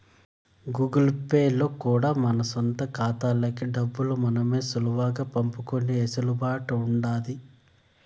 Google Pay లో కూడా మన సొంత కాతాల్లోకి డబ్బుల్ని మనమే సులువుగా పంపుకునే ఎసులుబాటు ఉండాది